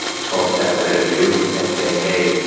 twelve steps ahead of you and saying, hey,